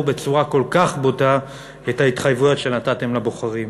בצורה כל כך בוטה את ההתחייבויות שנתתם לבוחרים.